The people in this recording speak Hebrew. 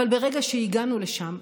אבל ברגע שהגענו לשם,